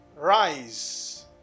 rise